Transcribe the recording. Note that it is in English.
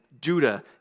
Judah